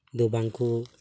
ᱫᱚ ᱵᱟᱝᱠᱚ